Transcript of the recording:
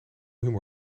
humor